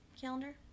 calendar